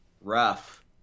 rough